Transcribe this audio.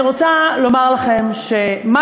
אני רוצה לומר לכם שמה